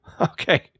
Okay